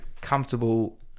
comfortable